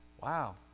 Wow